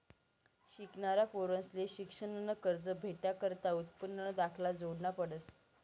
शिकनारा पोरंसले शिक्शननं कर्ज भेटाकरता उत्पन्नना दाखला जोडना पडस